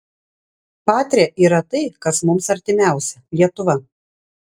patria yra tai kas mums artimiausia lietuva